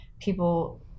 people